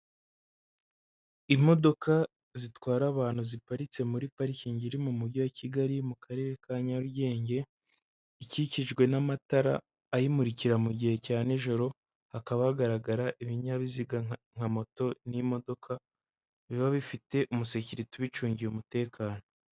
Imodoka zitwara abantu ziparitse muri parikingi iri mu mujyi wa Kigali mu karere ka Nyarugenge, ikikijwe n'amatara ayimurikira mu gihe cya nijoro, hakaba hagaragara ibinyabiziga nka moto n'imodoka biba bifite umusekirite ubicungiye umutekano.